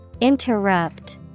Interrupt